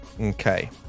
okay